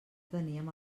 teníem